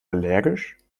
allergisch